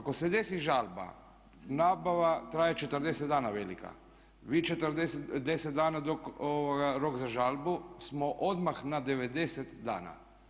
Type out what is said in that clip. Ako se desi žalba nabava traje 40 dana velika, vi 10 dana dok je rok za žalbu smo odmah na 90 dana.